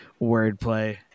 wordplay